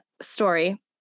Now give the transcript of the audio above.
story